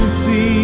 see